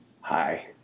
Hi